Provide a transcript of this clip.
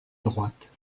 droite